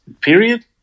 period